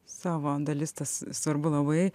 savo dalis tas svarbu labai